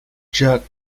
jerked